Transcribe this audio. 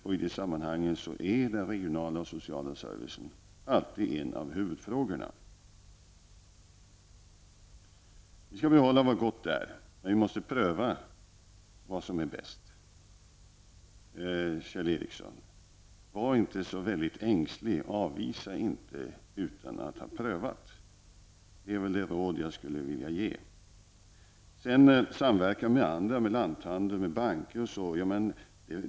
I dessa sammanhang är den regionala och sociala servicen alltid en av huvudfrågorna. Vi skall behålla vad gott är, men vi måste pröva vad som är bäst, Kjell Ericsson. Var inte så väldigt ängslig! Avvisa inte utan att det har skett en prövning! Det är ett råd som jag vill ge. Det pågår ju försök med samverkan mellan banker och andra.